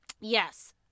Yes